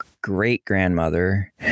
great-grandmother